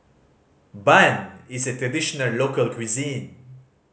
bun is a traditional local cuisine